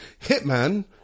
Hitman